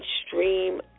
extreme